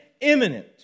imminent